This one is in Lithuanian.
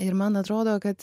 ir man atrodo kad